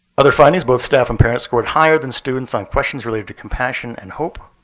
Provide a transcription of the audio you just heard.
other findings, both staff and parents scored higher than students on questions related to compassion and hope.